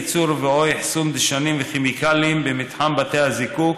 ייצור ו/או אחסון של דשנים וכימיקלים במתחם בתי הזיקוק,